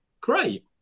great